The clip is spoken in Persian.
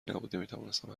نبود، نمیتوانستم